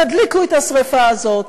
תדליקו את השרפה הזאת,